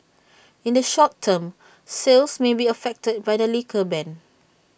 in the short term sales may be affected by the liquor ban